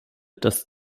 dass